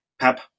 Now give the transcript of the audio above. Pep